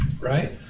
Right